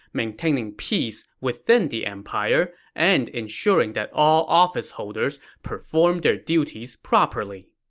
maintaining peace within the empire, and ensuring that all officeholders perform their duties properly.